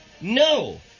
No